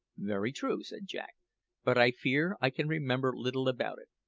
very true, said jack but i fear i can remember little about it.